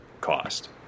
cost